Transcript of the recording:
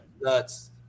nuts